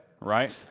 right